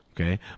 Okay